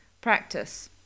practice